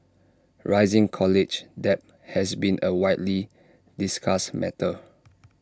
rising college debt has been A widely discussed matter